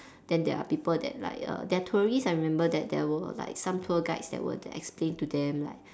then there are people that like err they are tourists I remember that there were like some tour guides that were to explain to them like